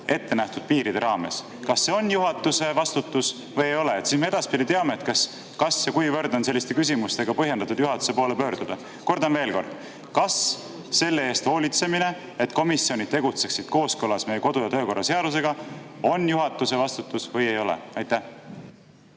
ette nähtud piiride raames. Kas see on juhatuse vastutus või ei ole? Siis me edaspidi teame, kas on põhjendatud selliste küsimustega juhatuse poole pöörduda. Kordan veel kord: kas selle eest hoolitsemine, et komisjonid tegutseksid kooskõlas meie kodu‑ ja töökorra seadusega, on juhatuse vastutus või ei ole? Suur